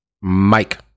Mike